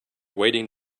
waiting